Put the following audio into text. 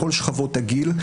בכל שכבות הגיל,